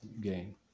gain